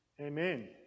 Amen